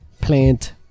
Plant